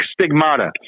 stigmata